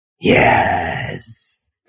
yes